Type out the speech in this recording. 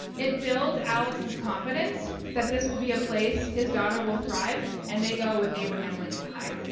it builds alex's confidence that this will be a place his daughter will thrive and they go with abraham lincoln high.